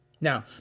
Now